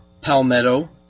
palmetto